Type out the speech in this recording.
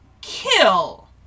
kill